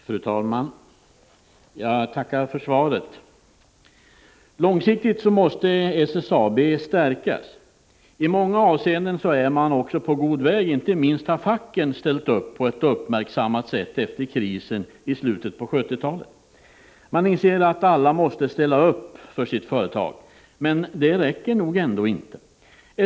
Fru talman! Jag tackar för svaret. Långsiktigt måste SSAB stärkas. I många avseenden är man också på god väg. Inte minst har facken ställt upp på ett uppmärksammat sätt efter krisen i slutet av 1970-talet. Man inser att alla måste ställa upp för sitt företag. Men det räcker nog ändå inte.